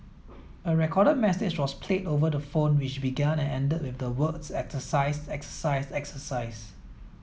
a recorded message was played over the phone which began and ended with the words exercise exercise exercise